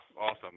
Awesome